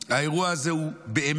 האירוע הזה הוא באמת,